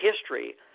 history